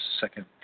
second